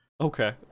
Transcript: Okay